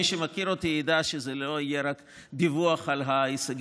מי שמכיר אותי יודע שזה לא יהיה רק דיווח על ההישגים.